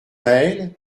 mael